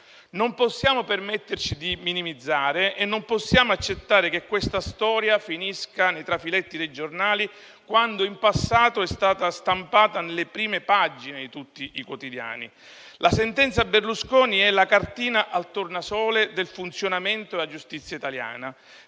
Non possiamo permetterci di minimizzare e non possiamo accettare che questa storia finisca nei trafiletti dei giornali, quando in passato è stata stampata nelle prime pagine di tutti i quotidiani. La sentenza Berlusconi è la cartina al tornasole del funzionamento della giustizia italiana,